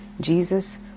Jesus